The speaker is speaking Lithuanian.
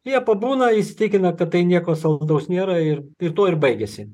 jie pabūna įsitikina kad tai nieko saldaus nėra ir ir tuo ir baigiasi